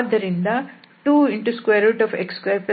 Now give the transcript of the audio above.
ಆದ್ದರಿಂದ 2x2y2z222